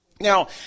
Now